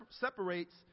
separates